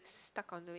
stuck onto it